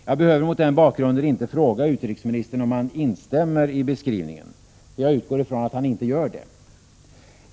Jag behöver mot den bakgrunden inte fråga utrikesministern om han instämmer i beskrivningen, för jag utgår från att han inte gör det.